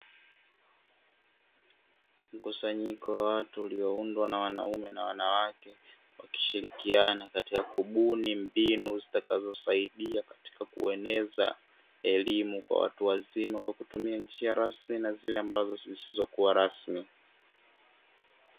Mkusanyiko wa watu ulioundwa na wanaume na wanawake wakishirikiana katika kubuni mbinu zitakazosaidia katika kueneza elimu kwa watu wazima, kwa kutumia njia rasmi na zile zisizo kuwa rasmi.